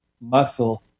muscle